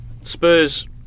Spurs